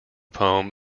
poem